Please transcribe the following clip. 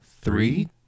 three